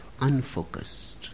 unfocused